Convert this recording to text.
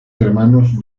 hermanos